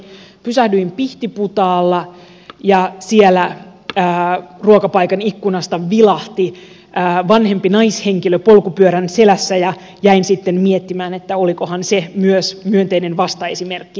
pääsiäislomalta palatessani pysähdyin pihtiputaalla ja siellä ruokapaikan ikkunasta vilahti vanhempi naishenkilö polkupyörän selässä ja jäin sitten miettimään että olikohan se myös myönteinen vastaesimerkki